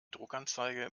druckanzeige